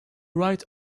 right